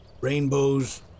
rainbows